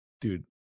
Dude